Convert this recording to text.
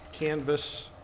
Canvas